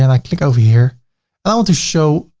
and i click over here and i want to show